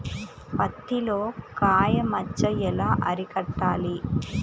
పత్తిలో కాయ మచ్చ ఎలా అరికట్టాలి?